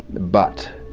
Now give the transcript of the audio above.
but